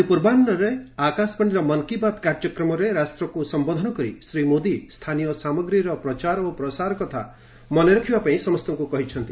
ଆଜି ପୂର୍ବାହୁରେ ଆକାଶବାଣୀର ମନ୍ କି ବାତ୍ କାର୍ଯ୍ୟକ୍ରମରେ ରାଷ୍ଟ୍ରକୁ ସମ୍ଭୋଧନ କରି ଶ୍ରୀ ମୋଦୀ ସ୍ଥାନୀୟ ସାମଗ୍ରୀର ପ୍ରଚାର ଓ ପ୍ରସାର କଥା ମନେରଖିବା ପାଇଁ ସମସ୍ତଙ୍କୁ କହିଛନ୍ତି